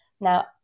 Now